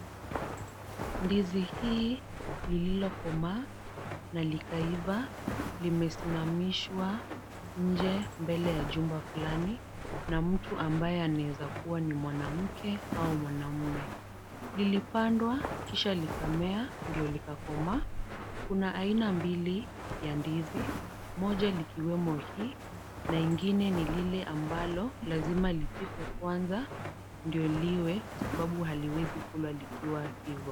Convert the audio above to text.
Ndizi hii lililokomaa na likaiva limesimamishwa nje mbele ya jumba fulani na mtu ambaye anawezakuwa ni mwanamke au mwanamme. Lilipandwa kisha likamea ndio likakomaa. Kuna aina mbili ya ndizi; moja likiwemo hii na ingine ni lile ambalo lazima lipikwe kwanza ndio liwe kwa sababu haliwezi kulwa likiwa hivo.